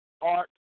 art